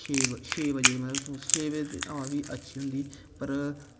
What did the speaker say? छे बजे मतलब छे बजे बी हवा अच्छी होंदी पर